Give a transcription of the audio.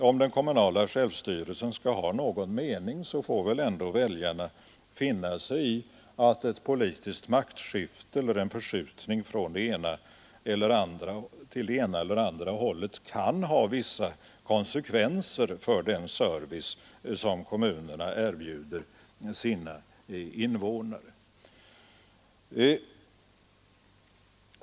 Om den kommunala självstyrelsen skall ha någon mening får väl ändå väljarna finna sig i att ett politiskt maktskifte eller en förskjutning åt det ena eller andra hållet kan ha vissa konsekvenser för den service som kommunerna erbjuder sina invånare.